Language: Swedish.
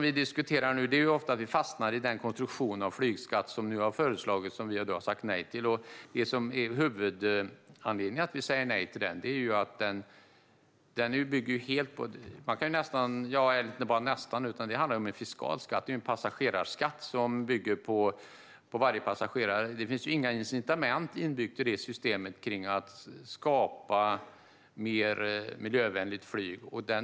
I våra diskussioner fastnar vi ofta i den konstruktion av flygskatt som nu har föreslagits, som vi ju har sagt nej till. Huvudanledningen till att vi säger nej till den är att det handlar om en fiskal skatt. Det är en passagerarskatt som betalas av varje passagerare. Det finns inga incitament inbyggda i systemet för att skapa ett mer miljövänligt flyg.